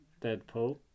Deadpool